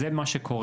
זה מה שקורה.